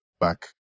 back